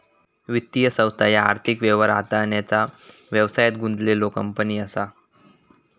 वित्तीय संस्था ह्या आर्थिक व्यवहार हाताळण्याचा व्यवसायात गुंतलेल्यो कंपनी असा